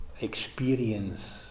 experience